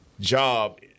job